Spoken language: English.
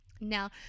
Now